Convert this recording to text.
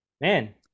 man